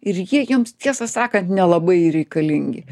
ir jie joms tiesą sakant nelabai ir reikalingi